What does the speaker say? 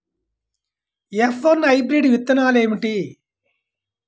F one hybrid విత్తనాలు ఏమిటి?